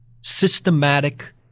systematic